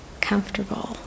comfortable